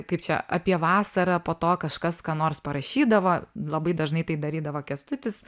kaip čia apie vasarą po to kažkas ką nors parašydavo labai dažnai tai darydavo kęstutis